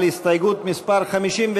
מצביעים.